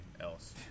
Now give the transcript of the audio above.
else